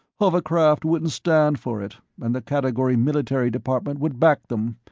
hovercraft wouldn't stand for it, and the category military department would back them.